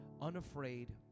unafraid